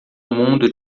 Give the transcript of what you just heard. mundo